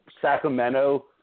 Sacramento